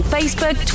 Facebook